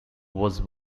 was